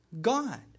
God